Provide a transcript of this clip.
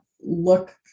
look